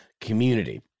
community